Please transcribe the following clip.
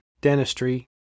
dentistry